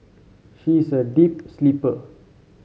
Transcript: she is a deep sleeper